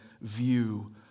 view